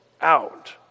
out